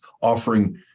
offering